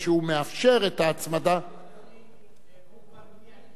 הוא כבר הודיע לי בכתב שההצעה לא דומה,